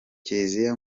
kiliziya